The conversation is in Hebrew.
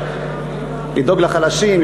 לדאוג לחלשים,